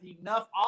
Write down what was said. enough